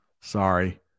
Sorry